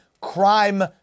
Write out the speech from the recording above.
crime